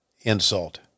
insult